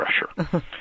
pressure